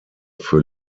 für